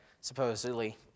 supposedly